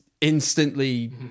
instantly